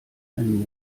einen